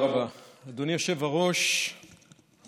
כראש השב"כ לשעבר.